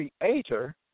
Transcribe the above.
creator